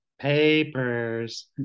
Papers